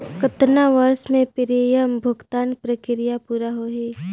कतना वर्ष मे प्रीमियम भुगतान प्रक्रिया पूरा होही?